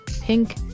Pink